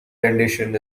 rendition